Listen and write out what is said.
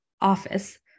office